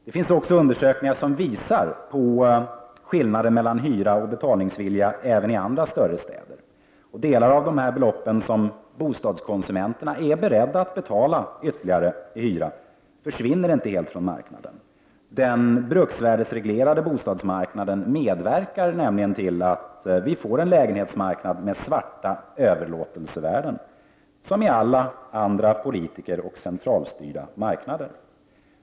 Det finns också undersökningar som visar skillnaderna mellan hyra och betalningsvilja när det gäller andra större städer. Delar av de belopp som bostadskonsumenterna är beredda att betala ytterligare försvinner från marknaden. Den bruksvärdesreglerade bostadsmarknaden medverkar nämligen till att vi får en lägenhetsmarknad med s.k. svarta överlåtelsevärden — precis som i alla andra politikeroch centralstyrda marknader.